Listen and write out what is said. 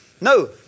No